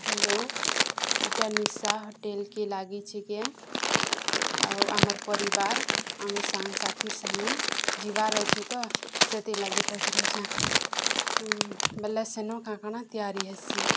hello ଇଟା ନିଶା ହୋଟେଲକେ ଲାଗିଛିି କେଁ ଆଉ ଆମର୍ ପରିବାର ଆମର୍ ସାଙ୍ଗ ସାଥିର୍ ସାଙ୍ଗେ ଯିବାର୍ ଅଛି ତ ସେଥିର୍ ଲାଗି ପଚରୁଛା ବଲେ ସେନ କାଁକାଣା ତିଆରି ହେସି